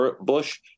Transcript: Bush